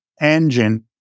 engine